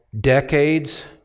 decades